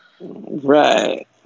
Right